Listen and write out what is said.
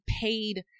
paid